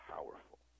powerful